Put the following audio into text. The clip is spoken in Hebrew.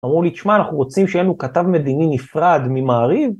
אמרו לי, תשמע, אנחנו רוצים שיהיה לנו כתב מדיני נפרד ממעריב?